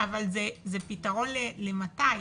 אבל זה פתרון למתי?